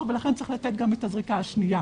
ולכן צריך לתת גם את הזריקה השנייה.